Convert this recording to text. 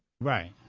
right